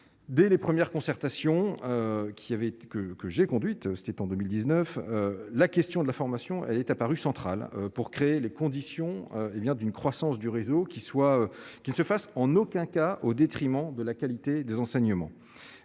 Dès les premières concertations qui avait que que j'ai conduite, c'était en 2019, la question de la formation, elle est apparue central pour créer les conditions, et bien d'une croissance du réseau qui soit, qui se fasse en aucun cas au détriment de la qualité des enseignements